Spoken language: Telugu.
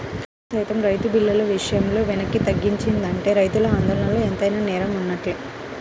ప్రభుత్వం సైతం రైతు బిల్లుల విషయంలో వెనక్కి దిగొచ్చిందంటే రైతుల ఆందోళనలో ఎంతైనా నేయం వున్నట్లే